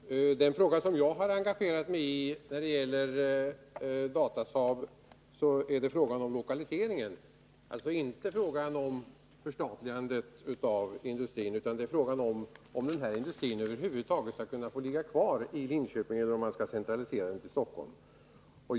Herr talman! Den fråga som jag har engagerat mig i när det gäller Datasaab handlar om lokaliseringen, alltså inte om förstatligandet. Det gäller således om denna industri kan få ligga kvar i Linköping, eller om man skall centralisera den till Stockholm.